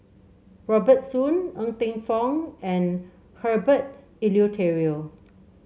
Robert Soon Ng Teng Fong and Herbert Eleuterio